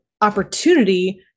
opportunity